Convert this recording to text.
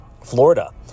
Florida